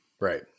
Right